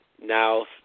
now